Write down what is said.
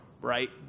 right